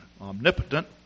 omnipotent